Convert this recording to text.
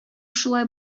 шулай